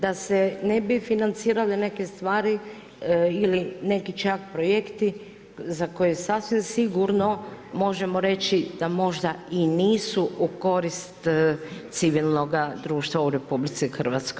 Da se ne bi financirale neke stvari ili neki čak projekti za koje je sasvim sigurno možemo reći da možda i nisu u korist civilnog društva u RH.